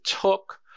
took